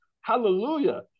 hallelujah